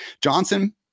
Johnson